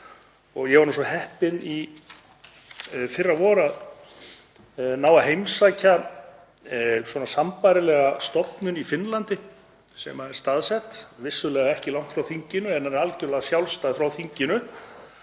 Ég var nú svo heppinn í fyrravor að ná að heimsækja sambærilega stofnun í Finnlandi sem er staðsett ekki langt frá þinginu en er algjörlega sjálfstæð frá þinginu,